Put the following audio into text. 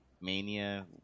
mania